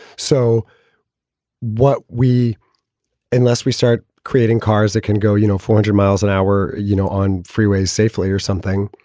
so what we unless we start creating cars that can go, you know, four hundred miles an hour, you know, on freeways safely or something,